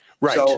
Right